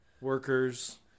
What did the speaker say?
workers